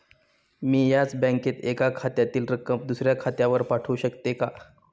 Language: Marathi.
मी याच बँकेत एका खात्यातील रक्कम दुसऱ्या खात्यावर पाठवू शकते का?